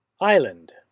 Island